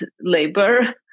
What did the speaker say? labor